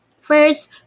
first